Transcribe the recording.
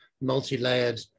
multi-layered